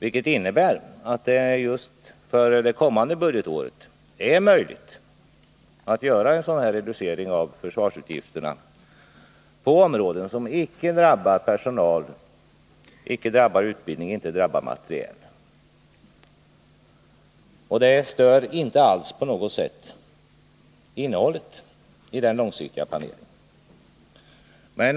Det innebär att det just för det kommande budgetåret är möjligt att göra en sådan här reducering av försvarsutgifterna på områden som icke drabbar personal, icke drabbar utbildning och icke drabbar materiel, och det stör således inte på något sätt innehållet i den långsiktiga planeringen.